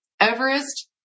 Everest